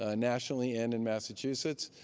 ah nationally and in massachusetts,